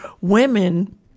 women